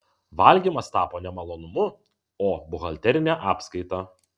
valgymas tapo ne malonumu o buhalterine apskaita